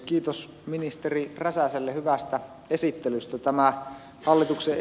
kiitos ministeri räsäselle hyvästä esittelystä